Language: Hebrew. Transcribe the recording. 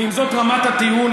ואם זאת רמת הטיעון,